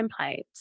templates